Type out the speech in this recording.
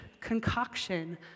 concoction